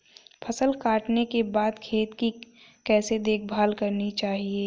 फसल काटने के बाद खेत की कैसे देखभाल करनी चाहिए?